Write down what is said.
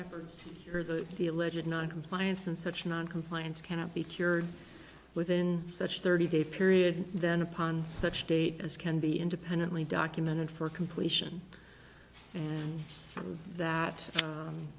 or that the alleged noncompliance and such noncompliance cannot be cured within such thirty day period then upon such date as can be independently documented for completion of that